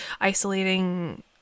isolating